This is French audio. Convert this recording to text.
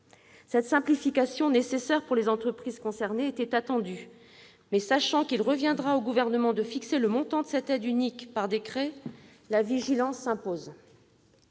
Cette simplification nécessaire pour les entreprises concernées était attendue, mais, sachant qu'il reviendra au Gouvernement de fixer le montant de l'aide unique par décret, la vigilance s'impose